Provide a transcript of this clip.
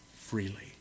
freely